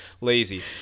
lazy